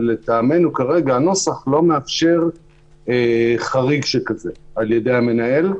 אבל לטעמנו הנוסח כרגע לא מאפשר חריג שכזה על ידי המנהל.